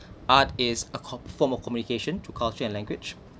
art is a form of communication to culture and language